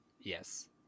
Yes